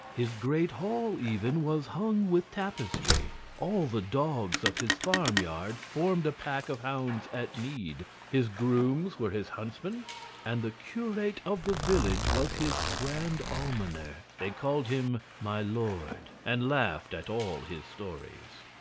his great hall, even, was hung with tapestry. all the dogs of his farm-yards formed a pack of hounds at need his grooms were his huntsmen and the curate of the village was his grand almoner. they called him my lord, and laughed at all his stories.